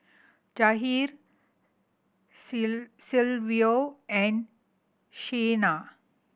Jahir Silvio and Shena